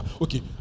Okay